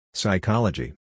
Psychology